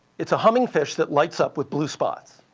it's a humming fish that lights up with blue spots.